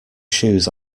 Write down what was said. shoes